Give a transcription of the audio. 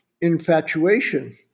infatuation